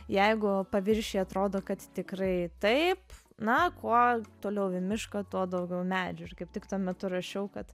jeigu paviršiuj atrodo kad tikrai taip na kuo toliau į mišką tuo daugiau medžių ir kaip tik tuo metu rašiau kad